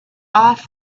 off